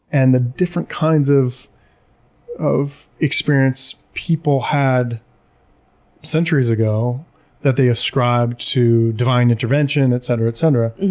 and the different kinds of of experience people had centuries ago that they ascribed to divine intervention, et cetera, et cetera.